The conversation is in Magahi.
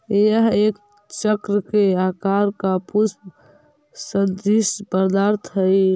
यह एक चक्र के आकार का पुष्प सदृश्य पदार्थ हई